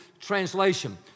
translation